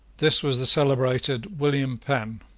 this was the celebrated william penn.